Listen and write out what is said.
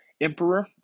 emperor